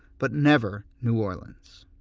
but never new orleans.